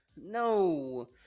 no